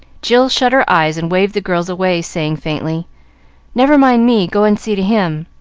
jill shut her eyes and waved the girls away, saying, faintly never mind me. go and see to him.